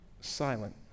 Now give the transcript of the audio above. silent